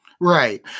right